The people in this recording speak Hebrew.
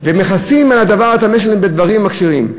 ומכסים על הדבר הטמא שלהם בדברים הכשרים.